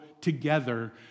together